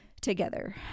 together